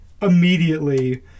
immediately